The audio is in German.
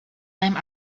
seinem